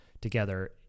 together